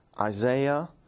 Isaiah